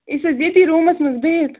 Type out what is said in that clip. أسۍ حظ ییٚتہِ روٗمَس منٛز بِہتھ